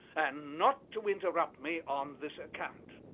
and not to interrupt me on this account.